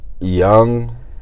young